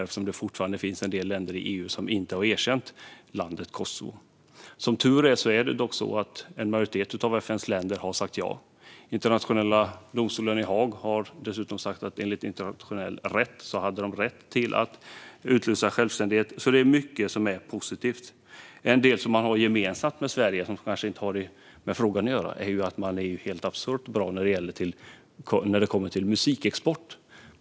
Det finns ju fortfarande en del länder i EU som inte har erkänt landet Kosovo. Som tur är har dock en majoritet av FN:s länder sagt ja. Internationella domstolen i Haag har dessutom sagt att enligt internationell rätt hade Kosovo rätt att utlysa självständighet, så det är mycket som är positivt. Något som man har gemensamt med Sverige, som kanske inte har med frågan att göra, är att man är helt absurt bra på musikexport.